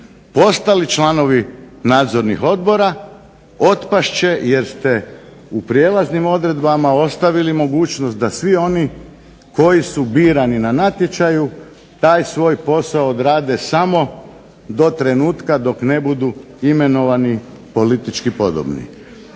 ostali članovi nadzornih odbora otpast će jer ste u prijelaznim odredbama ostavili mogućnost da svi oni koji su birani na natječaju taj posao odrade samo do trenutka dok ne budu imenovani politički podobni.